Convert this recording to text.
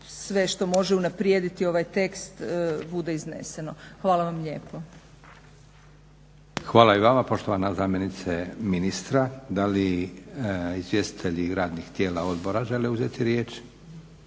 sve što može unaprijediti ovaj tekst bude izneseno. Hvala vam lijepo. **Leko, Josip (SDP)** Hvala i vama poštovana zamjenice ministra. Da li izvjestitelji radnih tijela odbora žele uzeti riječ?